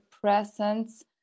presence